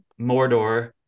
Mordor